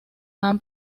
han